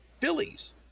Phillies